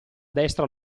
destra